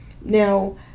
now